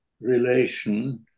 relation